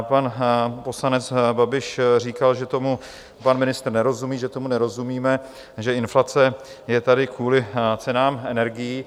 Pan poslanec Babiš říkal, že tomu pan ministr nerozumí, že tomu nerozumíme, že inflace je tady kvůli cenám energií.